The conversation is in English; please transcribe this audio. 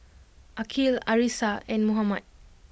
Aqil Arissa and Muhammad